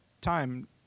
time